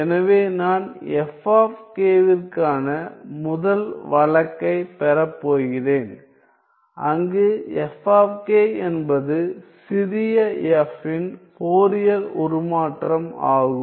எனவே நான் f விற்கான முதல் வழக்கைப் பெறப் போகிறேன் அங்கு f என்பது சிறிய f இன் ஃபோரியர் உருமாற்றம் ஆகும்